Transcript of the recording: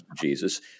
Jesus